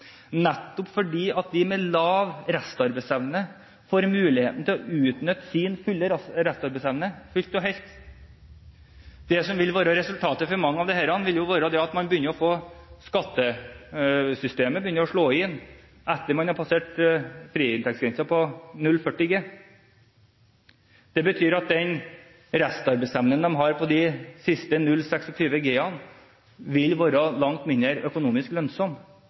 nettopp fordi de med lav restarbeidsevne da får muligheten til å utnytte sin restarbeidsevne fullt og helt. Det som vil være resultatet for mange av disse, er at skattesystemet vil begynne å slå inn etter at man har passert friinntektsgrensen på 0,40 G. Det betyr at den restarbeidsevnen man har på de siste 0,26 G, vil være langt mindre økonomisk lønnsom